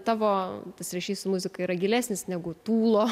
tavo tas ryšys su muzika yra gilesnis negu tūlo